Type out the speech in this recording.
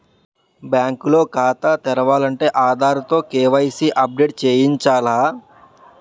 bank లో ఖాతా తెరాలంటే ఆధార్ తో కే.వై.సి ని అప్ డేట్ చేయించాల